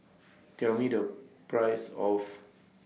Tell Me The Price of